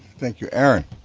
thank you. aaron,